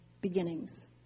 beginnings